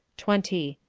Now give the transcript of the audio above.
twenty.